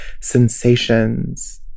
sensations